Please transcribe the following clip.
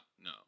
no